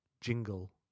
jingle